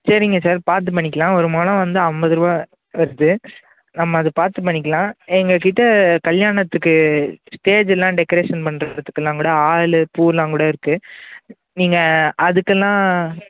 சரிங்க சார் பார்த்து பண்ணிக்கலாம் ஒரு முழம் வந்து ஐம்பது ரூபா வருது நம்ம அ அதை பார்த்து பண்ணிக்கலாம் எங்கக்கிட்ட கல்யாணத்துக்கு ஸ்டேஜ்லெல்லாம் டெக்கரேஷன் பண்ணுறதுக்குல்லாம் கூட ஆளு பூவெல்லாம் கூட இருக்குது நீங்கள் அதுக்கெல்லாம்